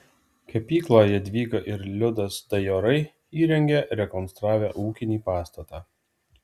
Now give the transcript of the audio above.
kepyklą jadvyga ir liudas dajorai įrengė rekonstravę ūkinį pastatą